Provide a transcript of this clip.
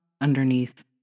underneath